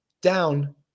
down